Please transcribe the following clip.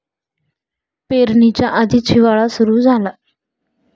पेरणीच्या आधीच हिवाळा सुरू झाला